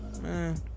Man